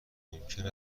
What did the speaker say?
ممکن